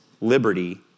liberty